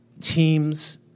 teams